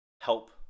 help